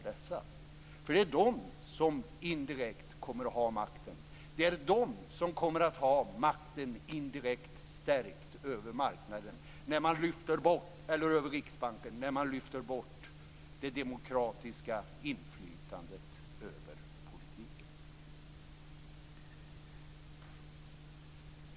Det är de som indirekt kommer att ha makten över Riksbanken när man nu lyfter bort det demokratiska inflytandet över politiken.